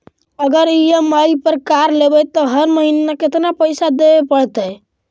अगर ई.एम.आई पर कार लेबै त हर महिना केतना पैसा देबे पड़तै?